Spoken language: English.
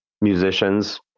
musicians